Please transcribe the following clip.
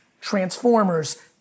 Transformers